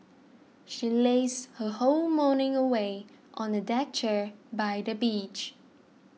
she lazed her whole morning away on a deck chair by the beach